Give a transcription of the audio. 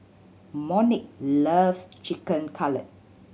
Monique loves Chicken Cutlet